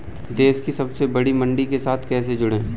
देश की सबसे बड़ी मंडी के साथ कैसे जुड़ें?